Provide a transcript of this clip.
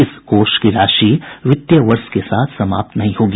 इस कोष की राशि वित्तवर्ष के साथ समाप्त नहीं होंगी